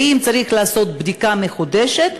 ואם צריך לעשות בדיקה מחודשת,